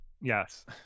yes